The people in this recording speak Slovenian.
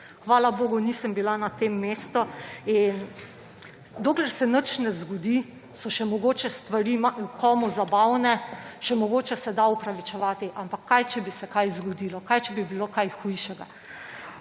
Hvala bogu, nisem bila na tem mestu. Dokler se nič ne zgodi, so mogoče stvari komu zabavne, mogoče se da opravičevati. Ampak kaj če bi se kaj zgodilo? Kaj če bi bilo kaj hujšega?